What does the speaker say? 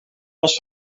was